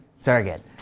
Surrogate